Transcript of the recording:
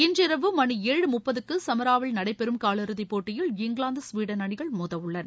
இன்று இரவு மணி ஏழு முப்பதுக்கு சமாராவில் நடைபெறும் காலிறதி போட்டியில் இங்கிலாந்து ஸ்வீடன் அணிகள் மோதவுள்ளன